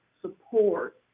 support